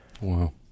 Wow